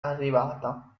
arrivata